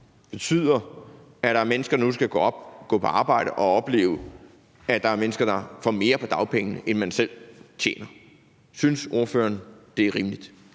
betyder, at der nu er mennesker, der skal stå op, gå på arbejde og opleve, at der er mennesker, der får mere i dagpenge, end man selv tjener. Synes ordføreren, at det er rimeligt?